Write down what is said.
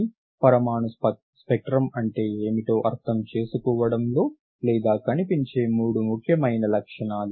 కానీ పరమాణు స్పెక్ట్రమ్ అంటే ఏమిటో అర్థం చేసుకోవడంలో లేదా కనిపించే మూడు ముఖ్యమైన లక్షణాలు